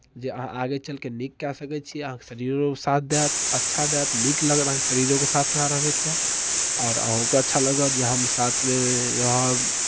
जे अहाँ आगे चलि कऽ नीक कए सकै छी अहाँके शरीरो साथ दएत अच्छा दएत नीक लगब अहाँ शरीरोके साथ अहाँ रहबै तऽ आओर अहूँके अच्छा लगत जे हम साथमे रहब